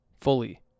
fully